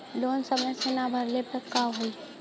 Loan समय से ना भरले पर का होयी?